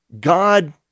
God